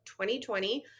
2020